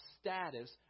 status